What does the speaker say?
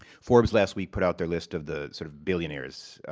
forbes, last week, put out their list of the sort of billionaires.